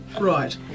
Right